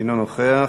אינו נוכח,